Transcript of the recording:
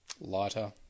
lighter